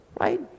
right